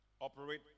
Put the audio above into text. operate